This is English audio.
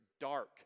dark